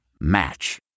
Match